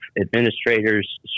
administrators